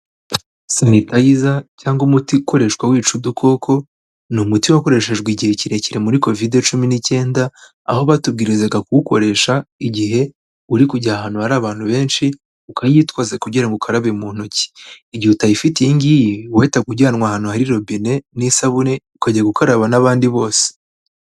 Sanitayiza cyangwa umuti ukoreshwa wica udukoko, ni umuti wakoreshejwe igihe kirekire muri covide cumi n'icyenda, aho batubwirizaga kuwukoresha igihe uri kujya ahantu hari abantu benshi ukayitwaza kugira ngo ukarabe mu ntoki, igihe utayifiti iyi ngiyi wahitaga ujyanwa ahantu hari robine n'isabune ukajya gukaraba n'abandi bose.